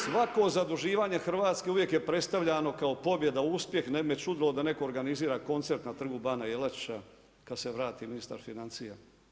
Svako zaduživanje Hrvatske uvijek je predstavljano kao pobjeda, uspjeh, ne bi me čudilo da netko organizira koncert na Trgu bana Jelačića kad se vrati ministar financija.